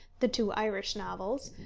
the two irish novels,